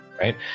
Right